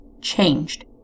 changed